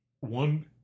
One